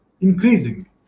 increasing